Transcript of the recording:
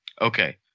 Okay